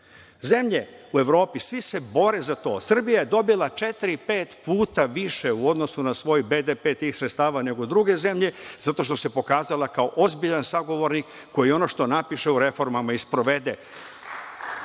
Zemlje u Evropi, svi se bore za to. Srbija je dobila četiri, pet puta više u odnosu na svoj BDP tih sredstava nego druge zemlje zato što se pokazala kao ozbiljan sagovornik koji ono šta napišu u reformama i sprovede.